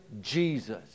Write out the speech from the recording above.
Jesus